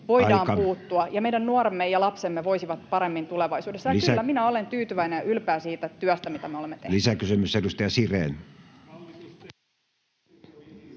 Aika!] ja meidän nuoremme ja lapsemme voisivat paremmin tulevaisuudessa. Kyllä minä olen tyytyväinen ja ylpeä siitä työstä, mitä me olemme tehneet.